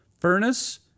Furnace